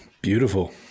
Beautiful